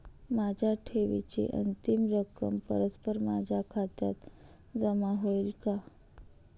माझ्या ठेवीची अंतिम रक्कम परस्पर माझ्या खात्यात जमा होईल का?